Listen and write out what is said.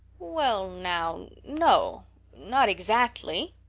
well now no not exactly,